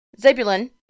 Zebulun